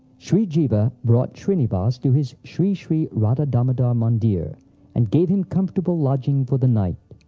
shri jiva brought shrinivas to his shri shri radha damodar mandir and gave him comfortable lodging for the night.